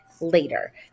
later